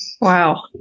Wow